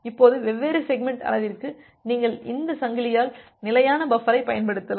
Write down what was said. இப்போது வெவ்வேறு செக்மெண்ட் அளவிற்கு நீங்கள் இந்த சங்கிலியால் நிலையான பஃபரைப் பயன்படுத்தலாம்